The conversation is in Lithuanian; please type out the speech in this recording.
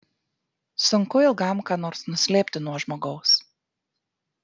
sunku ilgam ką nors nuslėpti nuo žmogaus